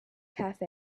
cafe